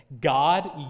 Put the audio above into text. God